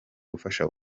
ubufasha